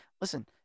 Listen